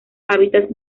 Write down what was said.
hábitats